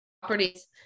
properties